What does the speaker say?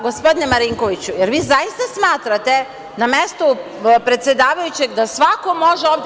Gospodine Marinkoviću, jer vi zaista smatrate na mestu predsedavajućeg da svako može ovde…